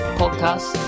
podcast